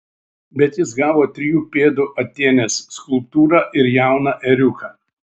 bet jis gavo trijų pėdų atėnės skulptūrą ir jauną ėriuką